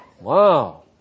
Wow